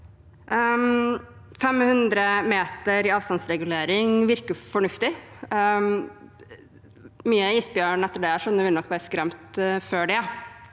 500 meter i avstandsregulering virker fornuftig. Mye isbjørn, etter det jeg skjønner, vil nok være skremt før det,